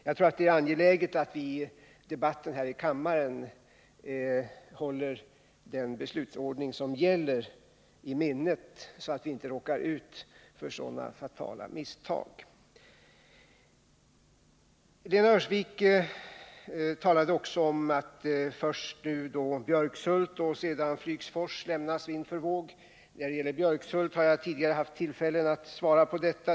Jag tror det är angeläget att vi i debatten i kammaren håller i minnet den beslutsordning som gäller, så att vi inte råkar ut för sådana fatala misstag. Lena Öhrsvik talade också om att först Björkshult och nu Flygsfors lämnas vind för våg. När det gäller Björkshult har jag tidigare haft tillfälle att svara på detta.